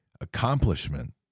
accomplishment